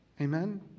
Amen